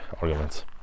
arguments